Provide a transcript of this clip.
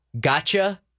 gotcha